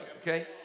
Okay